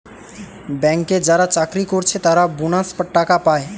ব্যাংকে যারা চাকরি কোরছে তারা বোনাস টাকা পায়